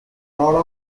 role